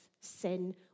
sin